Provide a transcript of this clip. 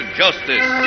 justice